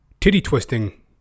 Titty-twisting